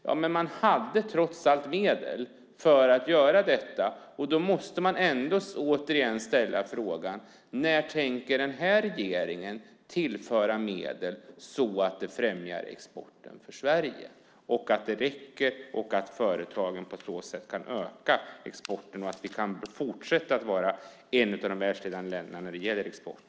Ja, men den hade trots allt medel för att göra detta. Då måste man återigen ställa frågan: När tänker den här regeringen tillföra medel som främjar Sveriges export och som räcker så att företagen kan öka exporten och vi kan fortsätta att vara ett av de världsledande länderna när det gäller export?